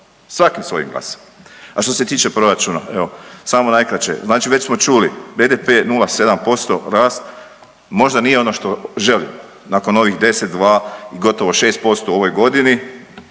Svakim svojim glasanjem. A što se tiče proračuna, evo, samo najkraće. Znači već smo čuli, BDP 0,7% rast, možda nije ono što želimo nakon ovih 10, 2 i gotovo 6% u ovoj godini,